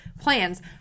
plans